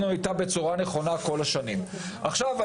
בסדר,